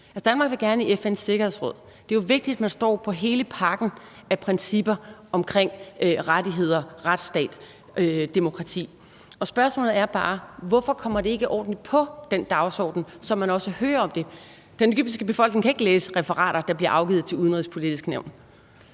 Danmark vil gerne i FN's Sikkerhedsråd. Det er jo vigtigt, at man står for hele pakken af principper omkring rettigheder, retsstat, demokrati. Og spørgsmålet er bare: Hvorfor kommer det ikke ordentligt på den dagsorden, så man også hører om det? Den egyptiske befolkning kan ikke læse referater, der bliver afgivet til Det Udenrigspolitiske Nævn.